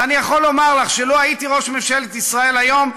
ואני יכול לומר לך שלו הייתי ראש ממשלת ישראל היום,